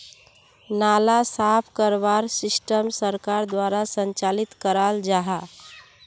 नाला साफ करवार सिस्टम सरकार द्वारा संचालित कराल जहा?